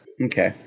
Okay